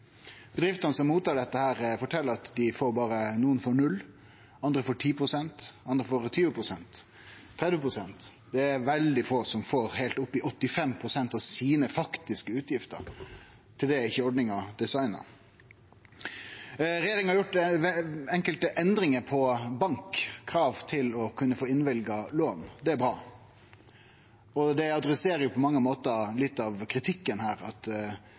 Bedriftene som mottar dette, fortel at nokre får 0 pst, andre får 10 pst., 20 pst. eller 30 pst. Det er veldig få som får dekt heilt opp i 85 pst. av sine faktiske utgifter. Til det er ikkje ordninga designa. Regjeringa har gjort enkelte endringar på bankkrav til å kunne få innvilga lån. Det er bra. Det møter jo litt av kritikken om at